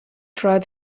tried